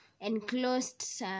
enclosed